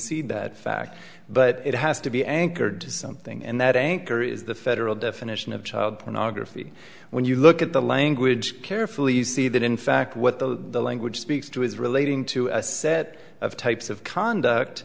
concede that fact but it has to be anchored to something and that anchor is the federal definition of child pornography when you look at the language carefully you see that in fact what the language speaks to is relating to a set of types of conduct